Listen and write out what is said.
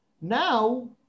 Now